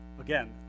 Again